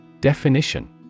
Definition